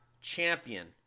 champion